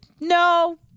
no